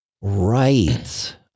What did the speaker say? Right